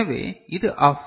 எனவே இது ஆஃப்